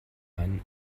einen